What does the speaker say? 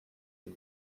and